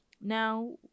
Now